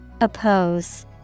Oppose